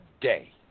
day